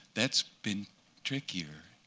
that's been trickier.